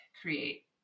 create